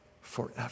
forever